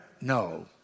No